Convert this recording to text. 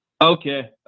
Okay